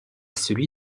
celui